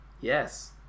Yes